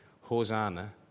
Hosanna